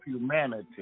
humanity